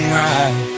right